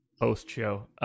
post-show